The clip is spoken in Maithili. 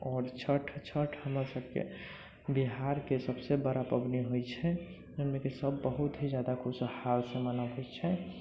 आओर छठि छठि हमरासभके बिहारके सभसँ बड़ा पबनी होइ छै जाहिमेकि सभ बहुत ही ज्यादा खुशहालसँ मनाबै छै